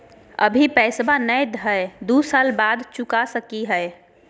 अभि पैसबा नय हय, दू साल बाद चुका सकी हय?